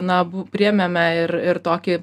na bu priėmėme ir ir tokį